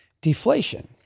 deflation